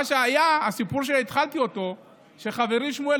מה שהיה בסיפור שהתחלתי בו: חברי שמואל